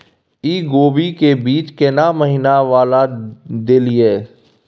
इ कोबी के बीज केना महीना वाला देलियैई?